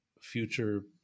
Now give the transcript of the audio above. future